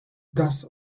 das